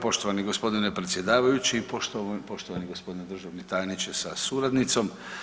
Poštovani gospodine predsjedavajući, poštovani gospodine državni tajniče sa suradnicom.